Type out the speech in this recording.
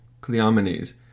Cleomenes